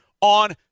on